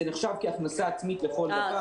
זה נחשב כהכנסה עצמית לכל דבר.